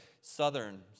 southern